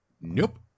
Nope